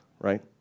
right